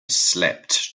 slept